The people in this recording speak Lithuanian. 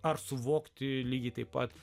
ar suvokti lygiai taip pat